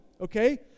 okay